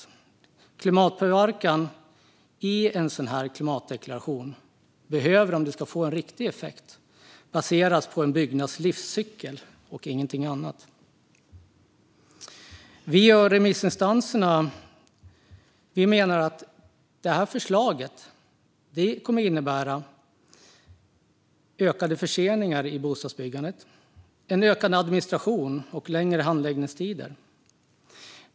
En klimatdeklaration om klimatpåverkan behöver om den ska få en riktig effekt baseras på en byggnads livscykel och ingenting annat. Vi och remissinstanserna menar att förslaget kommer att innebära ett ökat antal förseningar i bostadsbyggandet, en ökad administration och längre handläggningstider.